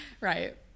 Right